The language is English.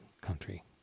country